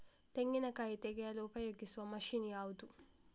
ತೆಂಗಿನಕಾಯಿ ತೆಗೆಯಲು ಉಪಯೋಗಿಸುವ ಮಷೀನ್ ಯಾವುದು?